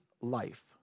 life